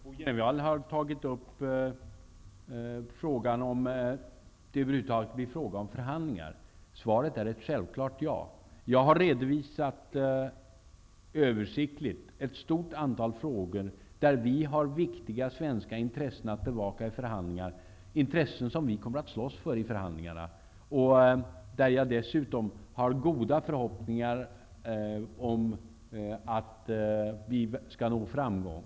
Fru talman! Bo Jenevall undrade om det över huvud taget kommer att bli fråga om förhandlingar. Svaret är självklart ''ja''. Jag har översiktligt redovisat ett stort antal frågor där vi har viktiga svenska intressen att bevaka i förhandlingar. Det är intressen som vi kommer att slåss för i förhandlingarna. Jag har dessutom goda förhoppningar om att vi skall nå framgång.